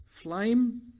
flame